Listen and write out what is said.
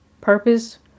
purpose